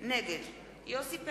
נגד יוסי פלד,